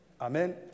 Amen